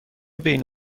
بین